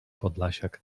podlasiak